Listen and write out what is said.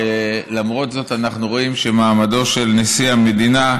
למרות זאת אנחנו רואים שמעמדו של נשיא המדינה,